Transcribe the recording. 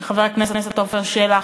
ולחבר הכנסת עפר שלח,